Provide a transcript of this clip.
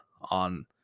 on